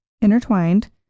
intertwined